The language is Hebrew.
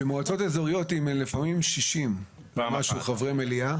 במועצות אזוריות לפעמים יש 60 חברי מליאה